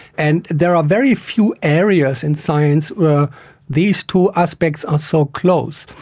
and there are very few areas in science where these two aspects are so close.